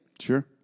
Sure